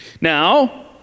Now